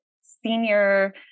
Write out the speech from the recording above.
senior